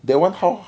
that one how